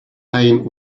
paint